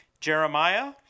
Jeremiah